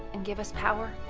and give us power,